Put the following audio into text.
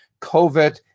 COVID